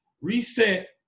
reset